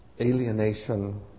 alienation